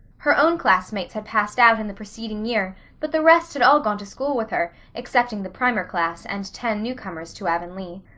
her own classmates had passed out in the preceding year but the rest had all gone to school with her, excepting the primer class and ten newcomers to avonlea.